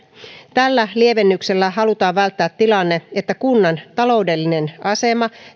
tällä lievennyksellä halutaan välttää tilanne että kunnan taloudellinen asema